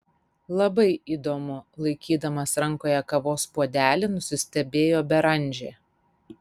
labai įdomu laikydamas rankoje kavos puodelį nusistebėjo beranžė